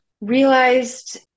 realized